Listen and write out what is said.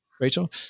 Rachel